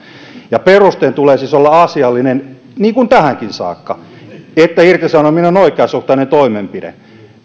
ja perusteen tulee siis olla asiallinen niin kuin tähänkin saakka niin että irtisanominen on oikeasuhtainen toimenpide me